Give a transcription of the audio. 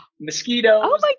mosquitoes